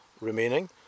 remaining